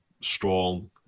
strong